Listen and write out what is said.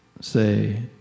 say